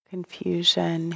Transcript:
Confusion